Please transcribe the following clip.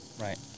Right